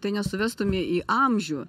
tai nesuvestume į amžių